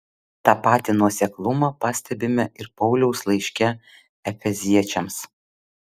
tą patį nuoseklumą pastebime ir pauliaus laiške efeziečiams